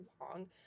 long